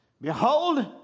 Behold